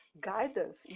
guidance